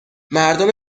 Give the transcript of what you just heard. مردم